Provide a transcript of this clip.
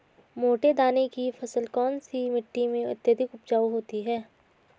मोटे दाने की फसल कौन सी मिट्टी में अत्यधिक उपजाऊ होती है?